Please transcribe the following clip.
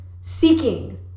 seeking